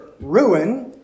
ruin